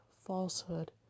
falsehood